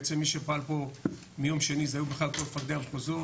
בעצם מי שפעל פה מיום שני היו כל מפקדי המחוזות,